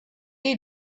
you